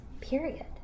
period